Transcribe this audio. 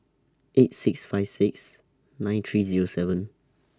eight six five six nine three Zero seven